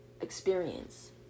experience